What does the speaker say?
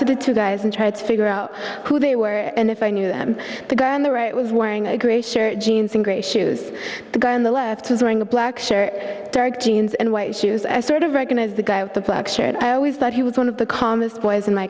to the two guys and tried to figure out who they were and if i knew them the guy on the right was wearing a gray shirt jeans and gray shoes the guy on the left was wearing a black shirt dark jeans and white shoes i sort of recognize the guy with the black shirt i always thought he was one of the calmest boys in my